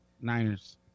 Niners